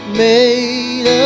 made